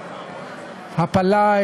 הפלה,